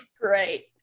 Great